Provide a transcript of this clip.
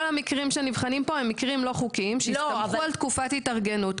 כל המקרים שנבחנים כאן הם מקרים לא חוקיים שהסתמכו על תקופת התארגנות.